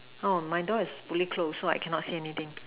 no my door is fully close so I cannot see anything